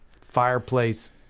fireplace